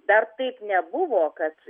dar taip nebuvo kad